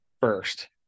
first